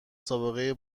سابقه